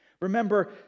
Remember